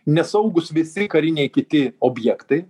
nesaugūs visi kariniai kiti objektai